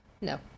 no